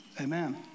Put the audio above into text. Amen